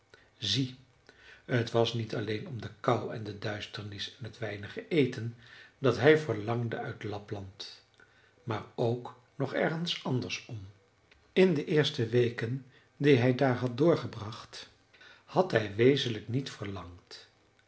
zie t was niet alleen om de kou en de duisternis en t weinige eten dat hij verlangde uit lapland maar ook nog ergens anders om in de eerste weken die hij daar had doorgebracht had hij wezenlijk niet verlangd